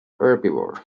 herbivore